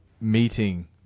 meeting